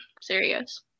serious